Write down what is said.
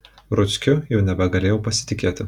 ruckiu jau nebegalėjau pasitikėti